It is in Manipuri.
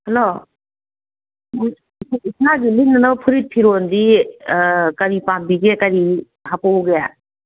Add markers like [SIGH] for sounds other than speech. ꯍꯂꯣ [UNINTELLIGIBLE] ꯏꯁꯥꯒꯤ ꯂꯤꯠꯅꯅꯕ ꯐꯨꯔꯤꯠ ꯐꯤꯔꯣꯜꯗꯤ ꯀꯔꯤ ꯄꯥꯝꯕꯤꯒꯦ ꯀꯔꯤ ꯍꯥꯞꯄꯛꯎꯒꯦ